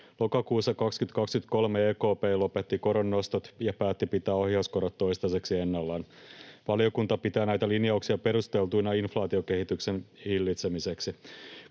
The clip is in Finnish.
Lokakuussa 2023 EKP lopetti koronnostot ja päätti pitää ohjauskorot toistaiseksi ennallaan. Valiokunta pitää näitä linjauksia perusteltuina inflaatiokehityksen hillitsemiseksi.